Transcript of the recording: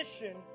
mission